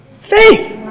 Faith